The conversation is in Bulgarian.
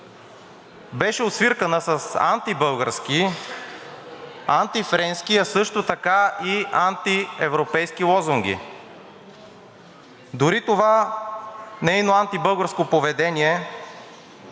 беше освиркана с антибългарски, антифренски, а също така и антиевропейски лозунги. Дори това нейно антибългарско поведение